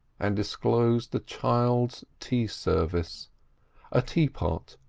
and disclosed a child's tea service a teapot,